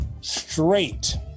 straight